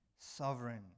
sovereign